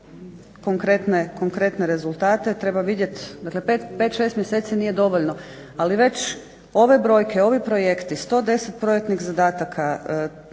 konkretne rezultate. Treba vidjeti, dakle pet, šest mjeseci nije dovoljno. Ali već ove brojke, ovi projekte 110 projektnih zadataka,